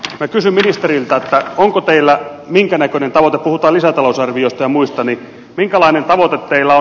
minä kysyn ministeriltä puhutaan lisätalousarviosta ja muista minkälainen tavoite teillä on